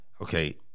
okay